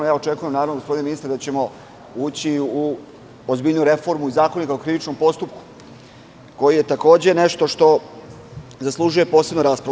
Očekujem, gospodine ministre, da ćemo ući u ozbiljniju reformu i Zakonika o krivičnom postupku, koji je takođe nešto što zaslužuje posebnu raspravu.